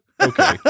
Okay